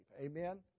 Amen